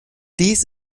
dies